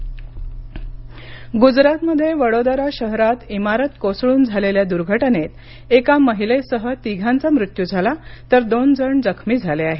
गुजरात दुर्घटना गुजरातमध्ये वडोदरा शहरात इमारत कोसळून झालेल्या दुर्घटनेत एका महिलेसह तिघांचा मृत्यु झाला तर दोन जण जखमी झाले आहेत